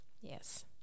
Yes